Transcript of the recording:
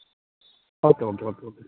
okay okay okay okay okay